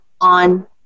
on